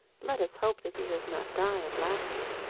let us hope that he does not die of laughter.